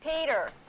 Peter